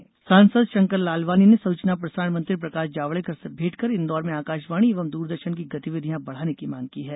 सांसद मुलाकात सांसद शंकर लालवानी ने सूचना प्रसारण मंत्री प्रकाश जावड़ेकर से भेंट कर इंदौर में आकाशवाणी एवं दूरदर्शन की गतिविधियां बढ़ाने की मांग की है